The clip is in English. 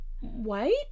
white